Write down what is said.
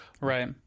Right